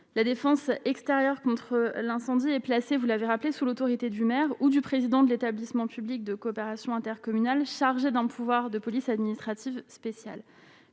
la défense extérieure contre l'incendie et placé vous l'avez rappelé sous l'autorité du maire ou du président de l'établissement public de coopération intercommunale chargés d'un pouvoir de police administrative spéciale